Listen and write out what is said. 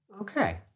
Okay